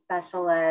specialist